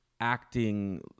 acting